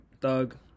Thug